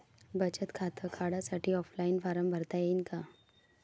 बचत खातं काढासाठी ऑफलाईन फारम भरता येईन का?